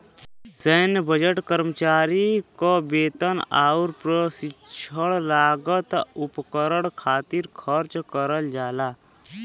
सैन्य बजट कर्मचारी क वेतन आउर प्रशिक्षण लागत उपकरण खातिर खर्च करल जाला